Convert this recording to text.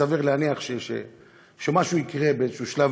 סביר להניח שמשהו יקרה באיזשהו שלב,